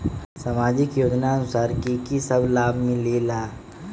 समाजिक योजनानुसार कि कि सब लाब मिलीला?